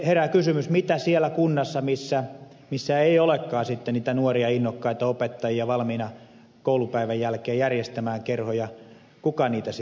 herää kysymys kuka siinä kunnassa jossa ei olekaan sitten niitä nuoria innokkaita opettajia valmiina koulupäivän jälkeen järjestämään kerhoja niitä sitten järjestää